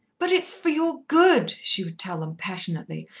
but it is for your good, she would tell them passionately.